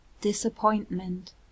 Disappointment